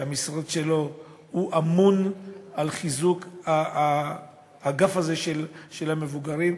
שהמשרד שלו ממונה על חיזוק האגף הזה של המבוגרים,